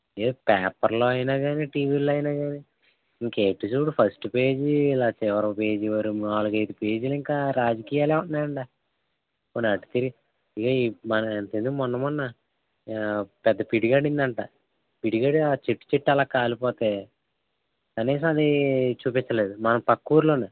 ఏ పేపర్లో అయినా కాని టీవీలైన గాని ఇంకా ఇటు చూడు ఫస్ట్ పేజీ చివరి పేజీలింకా నాలుగైదు పేజీలు ఇంకా రాజకీయాలు ఉన్నాయండి పోనీ ఎటు తిరిగినా మరి అంతెందుకు మొన్న మొన్న పెద్ద పిడుగడిందంట పిడుగడి చెట్టు చెట్టు అలా కాలిపోతే కనీసం అది చూపించలేదు మన పక్క ఊర్లోనే